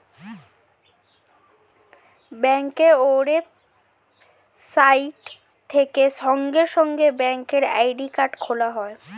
ব্যাঙ্কের ওয়েবসাইট থেকে সঙ্গে সঙ্গে ব্যাঙ্কে অ্যাকাউন্ট খোলা যায়